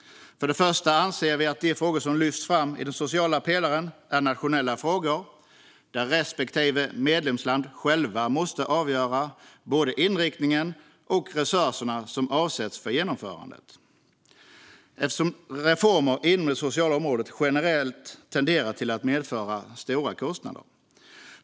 För det första anser vi att de frågor som lyfts fram i den sociala pelaren är nationella frågor där respektive medlemsland självt måste avgöra både inriktningen och vilka resurser som avsätts för genomförandet, eftersom reformer inom det sociala området generellt tenderar att medföra stora kostnader.